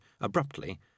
abruptly